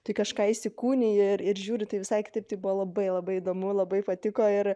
tu į kažką įsikūniji ir ir žiūri tai visai kitaip tai buvo labai labai įdomu labai patiko ir